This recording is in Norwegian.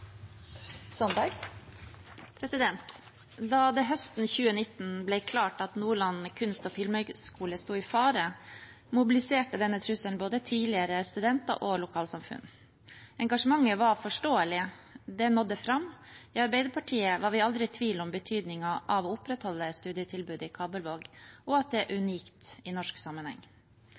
lokalmiljø. Da det høsten 2019 ble klart at Nordland kunst- og filmhøgskole sto i fare, mobiliserte denne trusselen både tidligere studenter og lokalsamfunn. Engasjementet var forståelig. Det nådde fram. I Arbeiderpartiet var vi aldri i tvil om betydningen av å opprettholde studietilbudet i Kabelvåg, og at det er unikt i norsk sammenheng.